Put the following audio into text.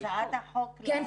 כן.